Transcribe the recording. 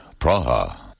Praha